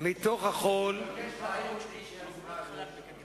אחרי אותו תהליך שאנחנו עברנו בקדימה.